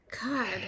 god